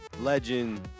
Legend